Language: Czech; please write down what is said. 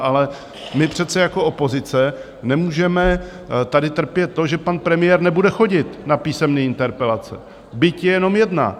Ale my jako opozice přece nemůžeme tady trpět to, že pan premiér nebude chodit na písemné interpelace, byť je jenom jedna.